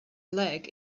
leg